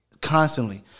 constantly